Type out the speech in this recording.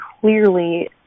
clearly